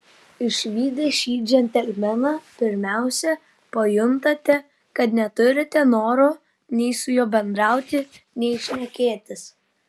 išvydę šį džentelmeną pirmiausia pajuntate kad neturite noro nei su juo bendrauti nei šnekėtis